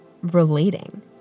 relating